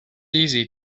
easy